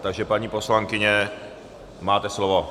Takže paní poslankyně, máte slovo.